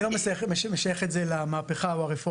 אני לא משייך את זה למהפכה או לרפורמה.